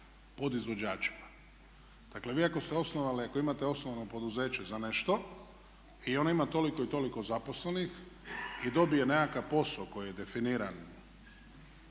podizvođačima. Dakle, vi ako ste osnovali i ako imate osnovano poduzeće za nešto i ono ima toliko i toliko zaposlenih i dobije nekakav posao koji je definiran